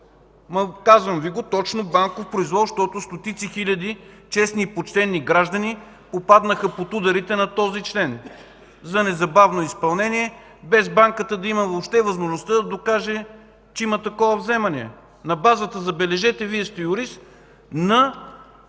Казвам Ви го точно – банков произвол! Защото стотици хиляди честни и почтени граждани попаднаха под ударите на този член – за незабавно изпълнение, без банката да има въобще възможността да докаже, че има такова вземане на базата – забележете, Вие сте юрист –